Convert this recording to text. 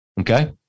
Okay